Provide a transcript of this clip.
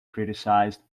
criticized